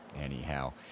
Anyhow